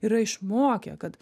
yra išmokę kad